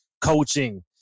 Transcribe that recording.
coaching